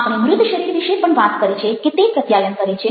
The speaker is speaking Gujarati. આપણે મૃત શરીર વિશે પણ વાત કરી છે કે તે પ્રત્યાયન કરે છે